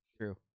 True